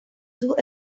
sus